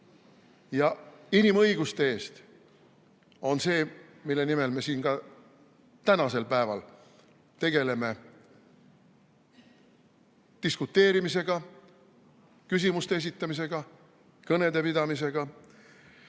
ja inimõiguste eest on see, mille nimel me siin ka tänasel päeval tegeleme diskuteerimisega, küsimuste esitamisega, kõnede pidamisega.